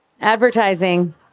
Advertising